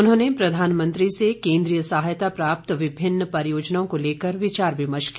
उन्होंने प्रधानमंत्री से केन्द्रीय सहायता प्राप्त विभिन्न परियोजनाओं को लेकर विचार विमर्श किया